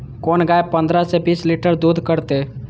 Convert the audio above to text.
कोन गाय पंद्रह से बीस लीटर दूध करते?